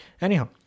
anyhow